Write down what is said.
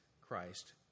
Christ